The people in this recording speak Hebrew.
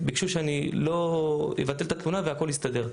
ביקשו שאני אבטל את התלונה והכול יסתדר.